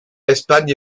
espagne